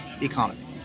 economy